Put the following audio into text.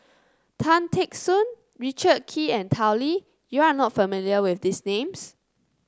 Tan Teck Soon Richard Kee and Tao Li you are not familiar with these names